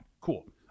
cool